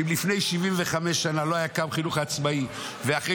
כי אם לפני 75 שנה לא היה קם החינוך העצמאי ואחרי